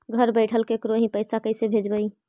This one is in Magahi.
घर बैठल केकरो ही पैसा कैसे भेजबइ?